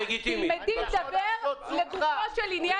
תלמדי לדבר לג של עניין.